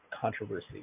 controversy